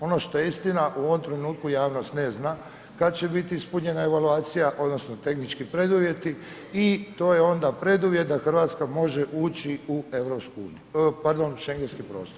Ono što je istina u ovom trenutku javnost ne zna kad će biti ispunjena evaluacija odnosno tehnički preduvjeti i to je onda preduvjet da Hrvatska može ući u EU, pardon u Schengenski prostor.